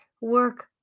work